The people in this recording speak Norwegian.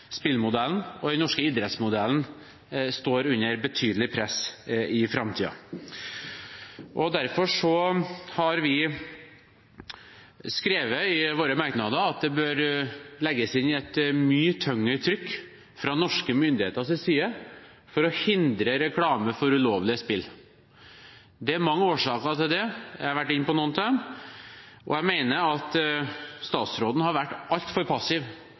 spillmodellen og den norske idrettsmodellen står under betydelig press i framtiden. Derfor har vi skrevet i våre merknader at det bør legges inn et mye tyngre trykk fra norske myndigheters side for å hindre reklame for ulovlige spill. Det er mange årsaker til det, og jeg har vært inne på noen av dem. Jeg mener at statsråden har vært altfor passiv